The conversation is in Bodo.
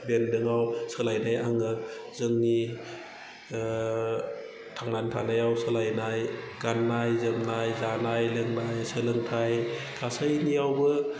बेंदोङाव सोलायनाय आङो जोंनि थांनानै थानायाव सोलायनाय गाननाय जोमनाय जानाय लोंनाय सोलोंथाय गासैनियावबो